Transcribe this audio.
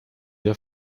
der